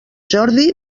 jordi